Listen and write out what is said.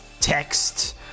text